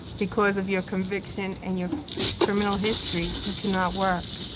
because of your conviction and your criminal history, you cannot work.